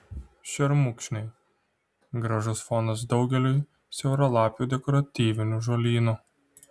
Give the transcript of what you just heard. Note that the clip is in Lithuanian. šermukšniai gražus fonas daugeliui siauralapių dekoratyvinių žolynų